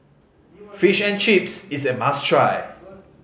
Fish and Chips is a must try